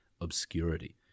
obscurity